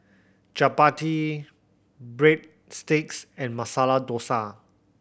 Chapati Breadsticks and Masala Dosa